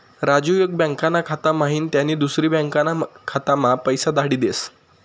राजू एक बँकाना खाता म्हाईन त्यानी दुसरी बँकाना खाताम्हा पैसा धाडी देस